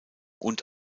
und